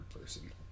Person